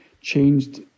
changed